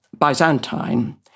Byzantine